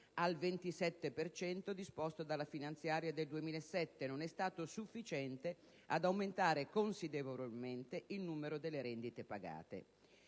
cento disposto dalla finanziaria del 2007 non è stato sufficiente ad aumentare considerevolmente il numero delle rendite pagate.